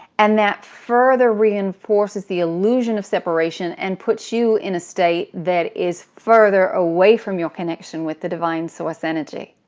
and that further reinforces the illusion of separation and puts you in a state that is further away from your connection with the divine source energy.